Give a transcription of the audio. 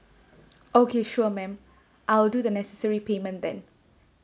okay sure ma'am I'll do the necessary payment then